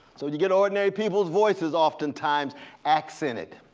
so when you get ordinary people's voices often times accented